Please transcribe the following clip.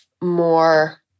more